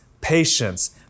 Patience